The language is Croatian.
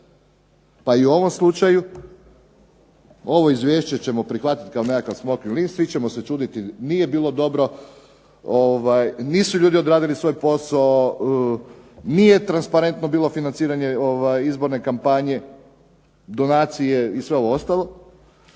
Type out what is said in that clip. pa i u ovom slučaju ovo izvješće ćemo prihvatiti kao nekakav smokvin list, svi ćemo se čuditi nije bilo dobro, nisu ljudi odradili svoj posao, nije transparentno bilo financiranje izborne kampanje, donacije i sve ovo ostalo,